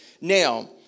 Now